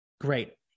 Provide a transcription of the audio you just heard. great